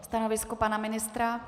Stanovisko pana ministra?